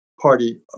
party